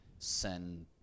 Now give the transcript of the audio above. send